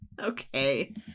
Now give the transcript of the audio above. Okay